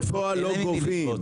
בפועל לא גובים.